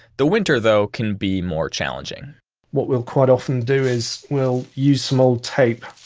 the winter though can be more challenging what we'll quite often do is we'll use some old tape.